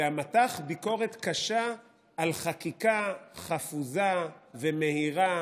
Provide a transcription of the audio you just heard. ומתח ביקורת קשה על חקיקה חפוזה ומהירה